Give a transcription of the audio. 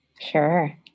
Sure